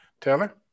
Taylor